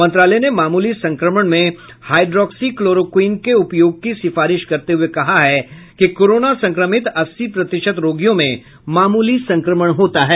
मंत्रालय ने मामूली संक्रमण में हाइड्रोक्सी क्लोरोक्विन के उपयोग की सिफारिश करते हुये कहा है कि कोरोना संक्रमित अस्सी प्रतिशत रोगियों में मामूली संक्रमण होता है